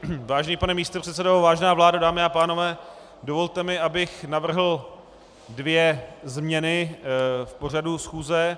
Vážený pane místopředsedo, vážená vládo, dámy a pánové, dovolte mi, abych navrhl dvě změny pořadu schůze.